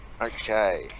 Okay